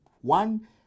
One